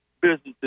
businesses